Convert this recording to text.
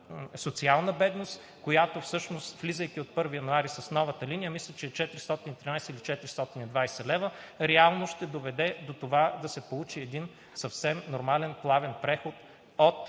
социална бедност, която всъщност, влизайки от 1 януари с новата линия, мисля, че е 413 или 420 лв., реално ще доведе до това да се получи един съвсем нормален плавен преход от